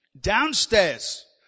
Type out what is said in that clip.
Downstairs